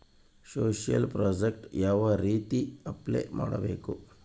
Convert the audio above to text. Social project ಯಾವ ರೇತಿ apply ಮಾಡಬೇಕು?